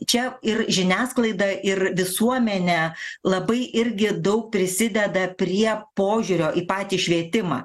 čia ir žiniasklaida ir visuomenė labai irgi daug prisideda prie požiūrio į patį švietimą